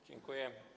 Dziękuję.